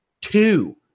Two